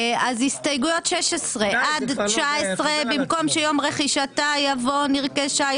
הסתייגויות 16 עד 19. במקום "שיום רכישתה" יבוא "נרכשה",